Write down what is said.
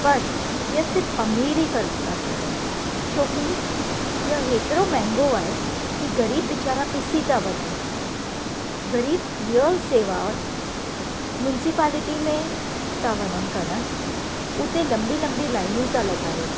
पर हीअ सिर्फ़ु अमीर ई करे था सघनि छोकी ही एतिरो महांगो आहे कि ग़रीब वेचारा पिसी था वञनि ग़रीब हीअं सेवा म्युनसीपॉलिटी में था वञनि करणु हुते लम्बी लम्बी लाइनू था लगाइनि